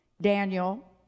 daniel